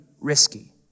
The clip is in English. Risky